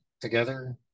together